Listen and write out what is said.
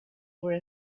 were